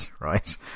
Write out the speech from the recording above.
right